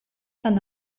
tan